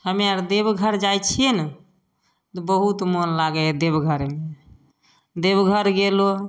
हम्मे आर देबघर जाइ छियै ने तऽ बहुत मन लागै है देबघरमे देबघर गेलहुॅं